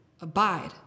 abide